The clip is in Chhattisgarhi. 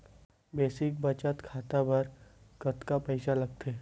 बेसिक बचत खाता बर कतका पईसा लगथे?